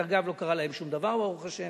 אגב, לא קרה להם שום דבר, ברוך השם,